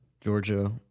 Georgia